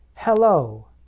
hello